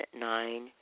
nine